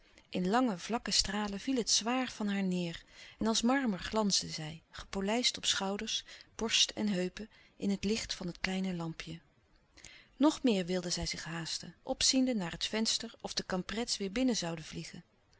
in lange vlakke stralen viel het zwaar van haar neêr en als marmer glansde zij gepolijst op schouders borst en heupen in het licht van het kleine lampje nog meer wilde zij zich haasten opziende naar het venster of de kamprets weêr binnen zouden vliegen